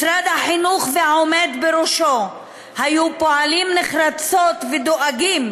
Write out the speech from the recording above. משרד החינוך והעומד בראשו היו פועלים נחרצות ודואגים